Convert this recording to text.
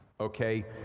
okay